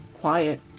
quiet